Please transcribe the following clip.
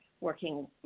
working